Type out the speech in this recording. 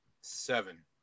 seven